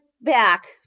back